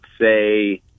say